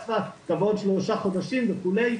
תבוא עוד שלושה חודשים וכולי,